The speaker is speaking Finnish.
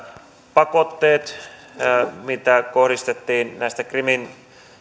pakotteet mitä kohdistettiin krimin